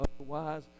otherwise